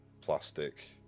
plastic